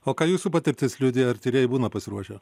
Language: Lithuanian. o ką jūsų patirtis liudija ar tyrėjai būna pasiruošę